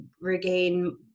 regain